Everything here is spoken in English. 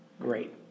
great